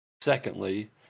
Secondly